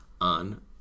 on